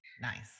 Nice